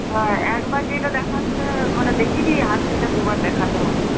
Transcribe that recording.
হ্যাঁ একবার যেইটা দেখাতে মানে দেখিয়ে দিই আর সেইটা দুবার দেখাতে হয় না